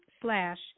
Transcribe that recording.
slash